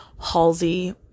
Halsey